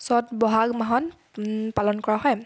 চ'ত বহাগ মাহত পালন কৰা হয়